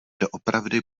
doopravdy